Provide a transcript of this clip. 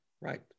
Right